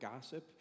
gossip